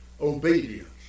obedience